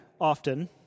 often